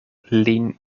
lin